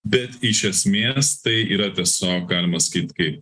bet iš esmės tai yra tiesiog galima sakyt kaip